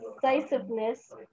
decisiveness